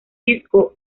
disco